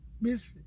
Miss